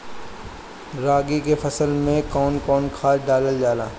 रागी के फसल मे कउन कउन खाद डालल जाला?